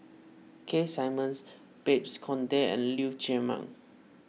Keith Simmons Babes Conde and Lee Chiaw Meng